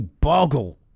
boggle